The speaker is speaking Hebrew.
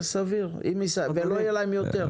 זה סביר ולא יהיה להם יותר.